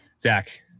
Zach